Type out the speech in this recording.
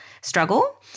struggle